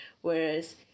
whereas